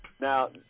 Now